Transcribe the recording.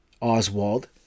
Oswald